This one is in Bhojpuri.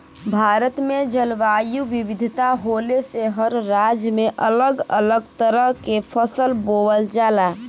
भारत में जलवायु विविधता होले से हर राज्य में अलग अलग तरह के फसल बोवल जाला